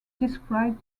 described